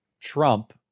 Trump